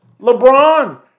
LeBron